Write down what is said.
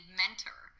mentor